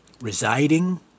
residing